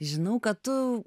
žinau kad tu